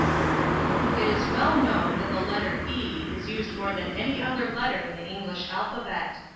it is well known that the letter e is used more than any other letter in the english alphabet.